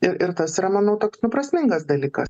ir ir tas yra manau toks nu prasmingas dalykas